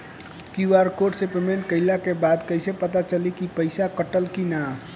QR code से पेमेंट कईला के बाद कईसे पता चली की पैसा कटल की ना?